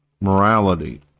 morality